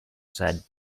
said